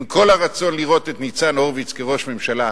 עם כל הרצון לראות את ניצן הורוביץ כראש ממשלה,